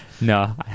No